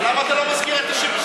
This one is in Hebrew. אבל למה אתה לא מזכיר את 1992?